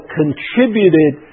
contributed